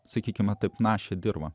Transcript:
sakykime taip našią dirvą